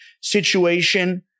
situation